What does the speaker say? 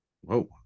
whoa